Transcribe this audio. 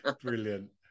Brilliant